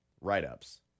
write-ups